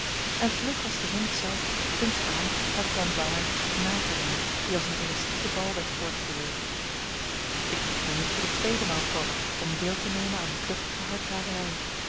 en vlug als de wind zelf ving zij aan haar flambard na te rennen die als een elastieke bal werd voortgedreven ik liet mij niet voor de tweede maal porren om deel te nemen aan de kluchtige harddraverij